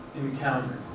encounter